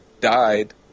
died